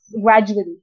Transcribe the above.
gradually